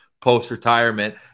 post-retirement